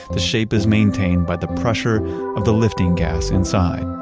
the shape is maintained by the pressure of the lifting gas inside.